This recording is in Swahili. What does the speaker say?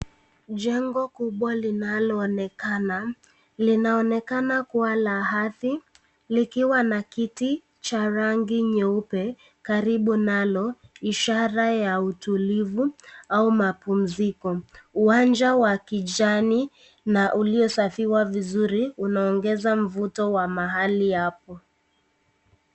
Jengo kubwa linaloonekana. Linaonekana kuwa la hadhi, likiwa na kiti cha rangi nyeupe karibu nalo ishara ya utulivu au mapumziko. Uwanja wakijani na uliosafiwa vizuri, unongeza mvuto wa mahali hapo.